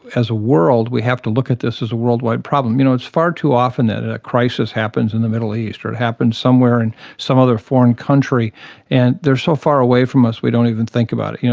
as a world, we have to look at this as a worldwide problem. you know it's far too often that and a crisis happens in the middle east or happens somewhere in some other foreign country and they are so far away from us we don't even think about it. you know,